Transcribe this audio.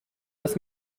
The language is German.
lass